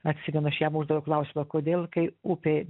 atsimenu aš jam uždaviau klausimą kodėl kai upė